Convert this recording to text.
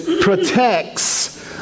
protects